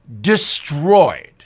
destroyed